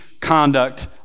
conduct